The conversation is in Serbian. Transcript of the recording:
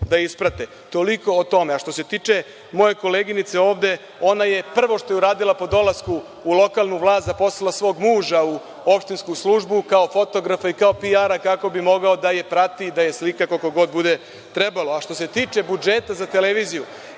da isprate. Toliko o tome. Što se tiče moje koleginice ovde, ona prvo što je uradila po dolasku u lokalnu vlast, zaposlila je svog muža u opštinsku službu kao fotografa i kao PR kako bi mogao da je prati, da je slika koliko god bude trebalo. Što se tiče budžeta za televiziju,